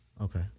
Okay